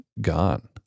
gone